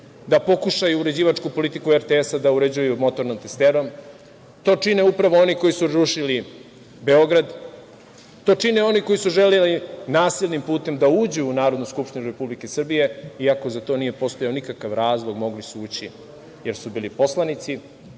da pokušaju uređivačku politiku RTS-a da uređuju motornom testerom. To čine upravo oni koji su rušili Beograd. To čine oni koji su želeli nasilnim putem da uđu u Narodnu skupštinu Republike Srbije, iako za to nije postojao nikakav razlog, mogli su ući, jer su bili poslanici.Zašto